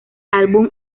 álbum